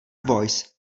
voice